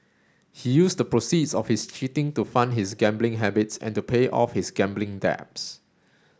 he used the proceeds of his cheating to fund his gambling habits and to pay off his gambling debts